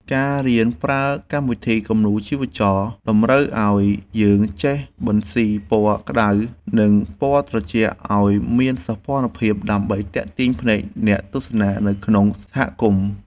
ការរៀនប្រើកម្មវិធីគំនូរជីវចលតម្រូវឱ្យយើងចេះបន្ស៊ីពណ៌ក្តៅ និង ពណ៌ត្រជាក់ឱ្យមានសោភ័ណភាពដើម្បីទាក់ទាញភ្នែកអ្នកទស្សនានៅក្នុងសហគមន៍។